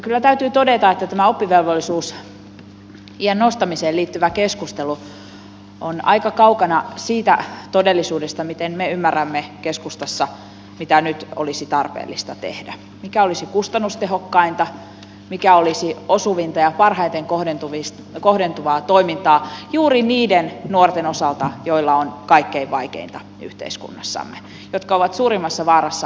kyllä täytyy todeta että kyllä tämä oppivelvollisuusiän nostamiseen liittyvä keskustelu on aika kaukana siitä todellisuudesta miten me ymmärrämme keskustassa mitä nyt olisi tarpeellista tehdä mikä olisi kustannustehokkainta mikä olisi osuvinta ja parhaiten kohdentuvaa toimintaa juuri niiden nuorten osalta joilla on kaikkein vaikeinta yhteiskunnassamme ja jotka ovat suurimmassa vaarassa pudota väliin